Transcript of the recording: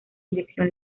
inyección